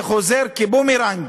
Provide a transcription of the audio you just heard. זה חוזר כבומרנג,